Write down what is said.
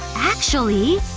actually,